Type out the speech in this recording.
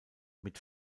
mit